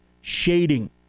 shading